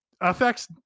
affects